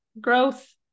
growth